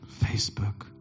Facebook